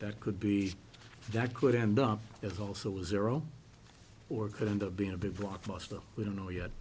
that could be that could end up as also a zero or could end up being a big blockbuster we don't know yet